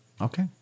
Okay